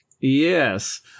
Yes